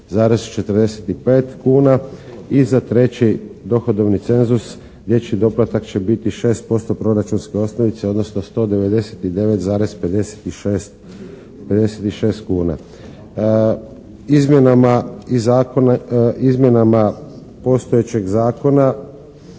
za treći dohodovni cenzus dječji doplatak će biti 6% proračunske osnovice odnosno 199,56 kuna. Izmjenama postojećeg zakona